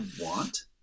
want